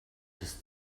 his